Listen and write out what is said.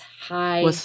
hi